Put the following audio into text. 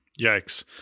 Yikes